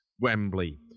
Wembley